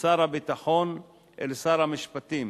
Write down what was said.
משר הביטחון אל שר המשפטים,